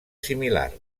similar